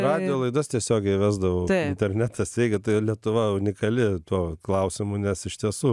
radijo laidas tiesiogiai vesdavau internetas veikia tai lietuva unikali tuo klausimu nes iš tiesų